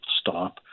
stop